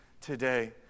today